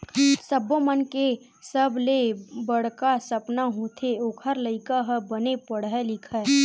सब्बो मनखे के सबले बड़का सपना होथे ओखर लइका ह बने पड़हय लिखय